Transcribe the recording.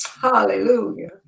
Hallelujah